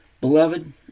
beloved